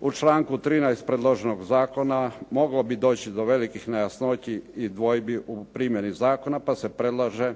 u članku 13. predloženog zakona, moglo bi doći do velikih nejasnoći dvojbi u primjeni zakona, pa se predlaže